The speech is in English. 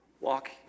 Walk